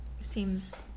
seems